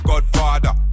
Godfather